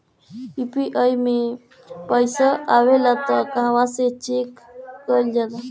UPI मे पइसा आबेला त कहवा से चेक कईल जाला?